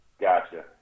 gotcha